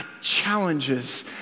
challenges